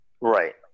right